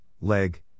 Leg